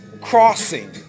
Crossing